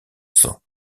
cent